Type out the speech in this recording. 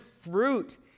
fruit